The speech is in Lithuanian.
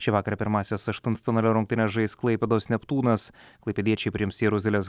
šįvakar pirmąsias aštuntfinalio rungtynes žais klaipėdos neptūnas klaipėdiečiai priims jeruzalės